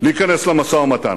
להיכנס למשא-ומתן.